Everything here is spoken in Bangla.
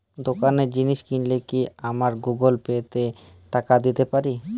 দোকানে জিনিস কিনলে কি আমার গুগল পে থেকে টাকা দিতে পারি?